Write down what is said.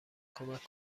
کمک